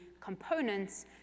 components